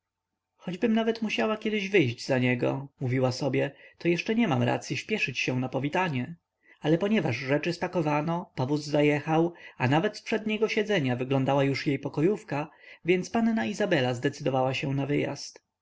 niewłaściwą choćbym nawet musiała kiedyś wyjść za niego mówiła sobie to jeszcze nie mam racyi śpieszyć na powitanie ale ponieważ rzeczy spakowano powóz zajechał a nawet z przedniego siedzenia wyglądała już jej pokojówka więc panna izabela zdecydowała się na wyjazd